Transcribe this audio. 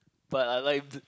but I like the